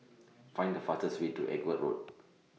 Find The fastest Way to Edgware Road